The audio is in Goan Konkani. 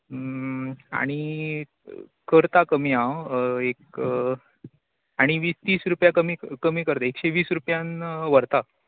आनी करता कमी हांव एक आनी वीस तीस रूपया कमी करता एकशें वीस रूपयान व्हरता